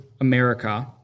America